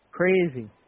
Crazy